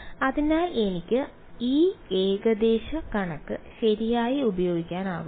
അതിനാൽ എനിക്ക് ആ ഏകദേശ കണക്ക് ശരിയായി ഉപയോഗിക്കാനാകും